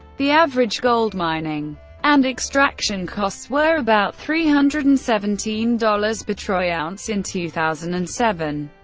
the average gold mining and extraction costs were about three hundred and seventeen dollars per troy ounce in two thousand and seven,